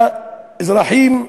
באזרחים,